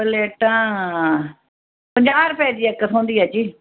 प्लेटां पजांह् रपये दी इक थ्होंदी ऐ जी